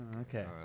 Okay